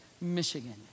Michigan